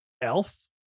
elf